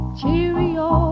cheerio